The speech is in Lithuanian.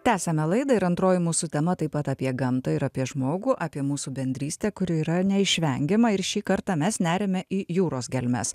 tęsiame laidą ir antroji mūsų tema taip pat apie gamtą ir apie žmogų apie mūsų bendrystę kuri yra neišvengiama ir šį kartą mes neriame į jūros gelmes